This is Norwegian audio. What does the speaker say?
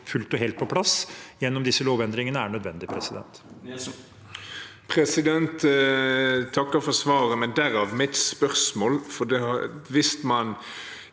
fullt og helt på plass gjennom disse lovendringene, er nødvendig. Marius